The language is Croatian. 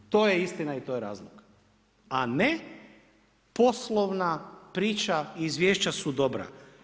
To je istina i to je razlog, a ne poslovna priča izvješća su dobra.